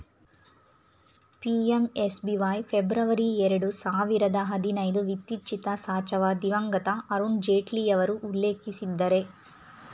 PMSBY February ಎರಡು ಸಾವಿರದ ಹದಿನೈದು ವಿತ್ಚಿತಸಾಚವ ದಿವಂಗತ ಅರುಣ್ ಜೇಟ್ಲಿಯವರು ಉಲ್ಲೇಖಿಸಿದ್ದರೆ